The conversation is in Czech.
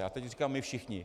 A teď říkám, my všichni.